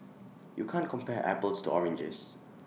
you can't compare apples to oranges